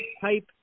type